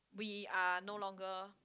we are no longer